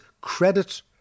credit